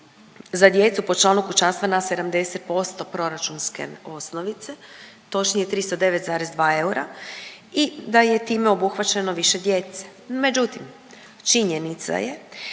za djecu po članu kućanstva na 70% proračunske osnovice, točnije 309,02 eura i da je time obuhvaćeno više djece. Međutim, činjenica je